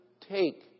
take